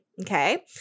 okay